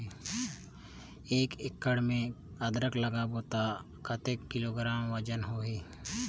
एक एकड़ मे अदरक लगाबो त कतेक किलोग्राम वजन होही?